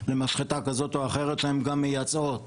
למשחטה כזאת או אחרת שהם גם מייצאות.